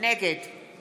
נגד